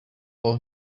all